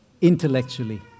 Intellectually